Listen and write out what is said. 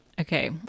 Okay